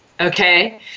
Okay